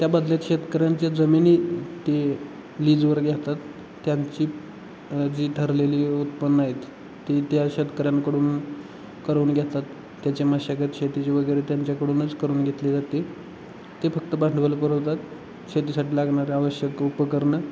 त्या बदल्यात शेतकऱ्यांच्या जमिनी ते लिजवर घेतात त्यांची जी ठरलेली उत्पन्नं आहेत ती त्या शेतकऱ्यांकडून करून घेतात त्याच्या मशागत शेतीची वगैरे त्यांच्याकडूनच करून घेतली जाते ते फक्त भांडवल पुरवतात शेतीसाठी लागणारे आवश्यक उपकरणं